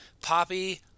poppy